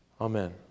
Amen